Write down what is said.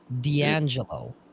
D'Angelo